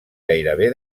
gairebé